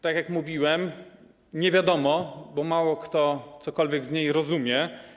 Tak jak mówiłem, nie wiadomo, bo mało kto cokolwiek z niej rozumie.